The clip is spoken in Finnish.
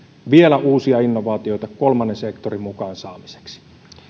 vielä uusia innovaatioita kolmannen sektorin mukaan saamiseksi